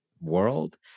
world